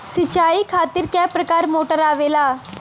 सिचाई खातीर क प्रकार मोटर आवेला?